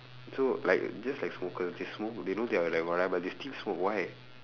so like just like smoker they smoke they know they are but there still smoke why